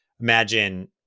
imagine